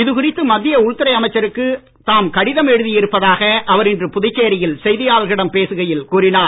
இது குறித்து மத்திய உள்துறை அமைச்சருக்கு தாம் கடிதம் எழுதியிருப்பதாக அவர் இன்று புதுச்சேரியில் செய்தியாளர்களிடம் பேசுகையில் கூறினார்